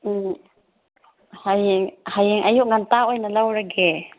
ꯎꯝ ꯍꯣꯏ ꯍꯌꯦꯡ ꯑꯌꯨꯛ ꯉꯟꯇꯥ ꯑꯣꯏꯅ ꯂꯧꯔꯒꯦ